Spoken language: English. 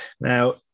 Now